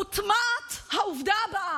מוטמעת העובדה הבאה: